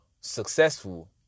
successful